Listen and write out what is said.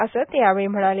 अस ते यावेळी म्हणाले